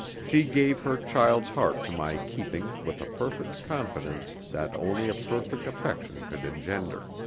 she gave her child's heart to my keeping with a perfect confidence that only a perfect affection could engender.